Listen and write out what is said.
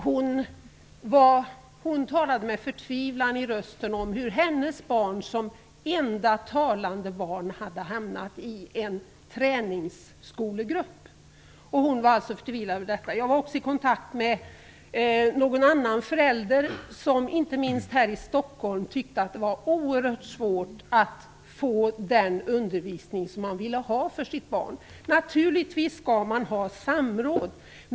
Hon talade med förtvivlan i rösten om hur hennes barn som enda talande barn hade hamnat i en träningsskolegrupp. Jag var också i kontakt med någon annan förälder som tyckte att det inte minst här i Stockholm var oerhört svårt att få den undervisning som man ville ha för sitt barn. Naturligtvis skall man ha samråd.